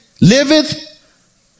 liveth